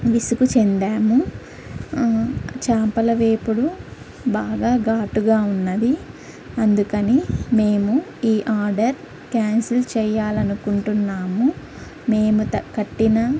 విసుగు చెందాము చాపలవేపుడు బాగా ఘాటుగా ఉన్నది అందుకని మేము ఈ ఆర్డర్ క్యాన్సిల్ చెయ్యాలనుకుంటున్నాము మేము త కట్టిన